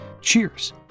Cheers